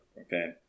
okay